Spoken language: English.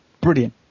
brilliant